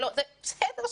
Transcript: בסדר,